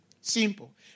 Simple